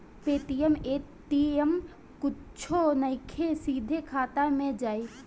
Paytm ATM कुछो नइखे, सीधे खाता मे जाई